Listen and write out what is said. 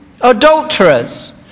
adulterers